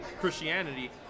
Christianity